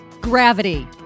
gravity